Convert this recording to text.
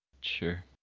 Sure